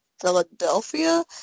Philadelphia